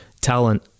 talent